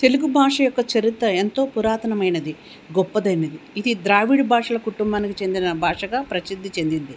తెలుగు భాష యొక్క చరిత్ర ఎంతో పురాతనమైనది గొప్పదైనది ఇది ద్రావిడ భాషల కుటుంబానికి చెందిన భాషగా ప్రసిద్ధి చెందింది